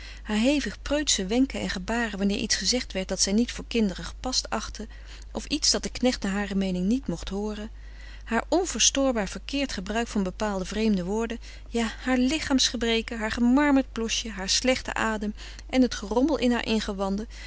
haar hevig preutsche wenken en gebaren wanneer iets gezegd werd dat zij niet voor kinderen gepast achtte of iets dat de knecht naar hare meening niet mocht hooren haar onverstoorbaar verkeerd gebruik van bepaalde vreemde woorden ja haar lichaamsgebreken haar gemarmerd blosje haar slechte adem en het gerommel in haar ingewanden